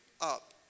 up